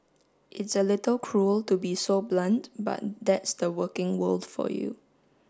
it's a little cruel to be so blunt but that's the working world for you